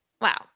Wow